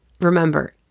Remember